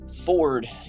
Ford